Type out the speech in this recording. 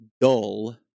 dull